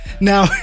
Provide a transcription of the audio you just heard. Now